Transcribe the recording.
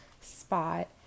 spot